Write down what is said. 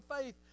faith